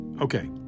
Okay